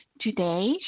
Today